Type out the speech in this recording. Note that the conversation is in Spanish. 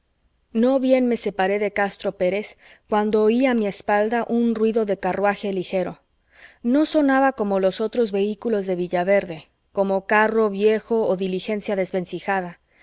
no bien me separé de castro pérez cuando oí a mi espalda un ruido de carruaje ligero no sonaba como los otros vehículos de villaverde como carro viejo o diligencia desvencijada